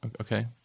Okay